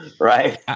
Right